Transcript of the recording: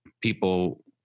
people